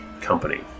company